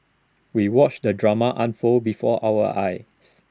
we watched the drama unfold before our eyes